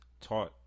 taught